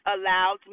allowed